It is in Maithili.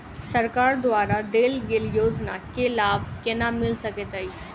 सरकार द्वारा देल गेल योजना केँ लाभ केना मिल सकेंत अई?